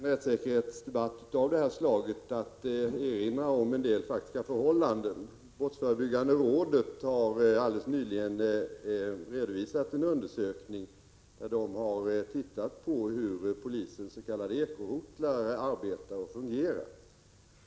Fru talman! Det är viktigt i en rättssäkerhetsdebatt av detta slag att erinra om en del faktiska förhållanden. Brottsförebyggande rådet har alldeles nyligen redovisat en undersökning av hur polisens s.k. ekorotlar arbetar och fungerar.